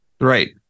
Right